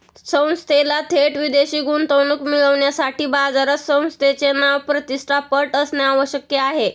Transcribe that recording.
संस्थेला थेट विदेशी गुंतवणूक मिळविण्यासाठी बाजारात संस्थेचे नाव, प्रतिष्ठा, पत असणे आवश्यक आहे